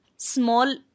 small